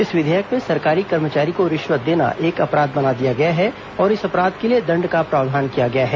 इस विधेयक में सरकारी कर्मचारी को रिश्वत देना एक अपराध बना दिया गया है और इस अपराध के लिए दण्ड का प्रावधान किया गया है